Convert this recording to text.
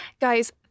guys